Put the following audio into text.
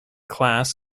class